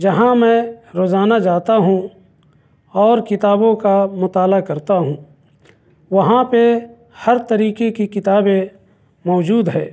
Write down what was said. جہاں میں روزانہ جاتا ہوں اور کتابوں کا مطالعہ کرتا ہوں وہاں پہ ہر طریقے کی کتابیں موجود ہے